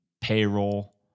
payroll